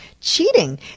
cheating